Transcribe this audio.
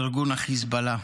ארגון החיזבאללה.